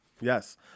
Yes